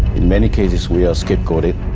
in many cases, we are scapegoated.